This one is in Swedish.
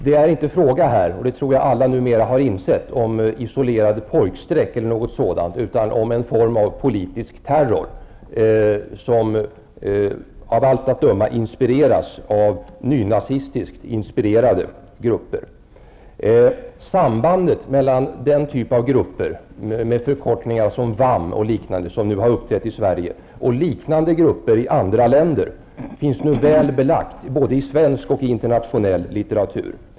Det är här -- det tror jag alla numera har insett -- inte fråga om isolerade pojkstreck eller något sådant, utan det är fråga om en form av politisk terror, som av allt att döma inspireras av nynazistiskt influerade grupper. Sambandet mellan den typ av grupper -- med förkortningar som VAM och liknande -- som nu har uppträtt i Sverige och liknande grupper i andra länder finns nu väl belagt i både svensk och internationell litteratur.